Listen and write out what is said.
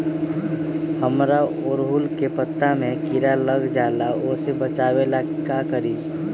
हमरा ओरहुल के पत्ता में किरा लग जाला वो से बचाबे ला का करी?